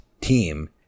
team –